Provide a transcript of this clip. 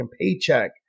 paycheck